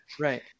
Right